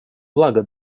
благо